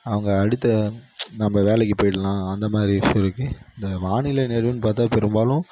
அவங்க அடுத்த நம்ம வேலைக்குப் போயிடலாம் அந்தமாதிரி இஷ்யூ இருக்குது இந்த வானிலை பார்த்தா பெரும்பாலும்